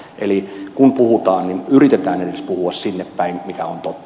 eli kun puhutaan niin yritetään edes puhua sinne päin mikä on totta